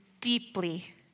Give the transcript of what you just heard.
deeply